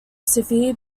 severe